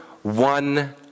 one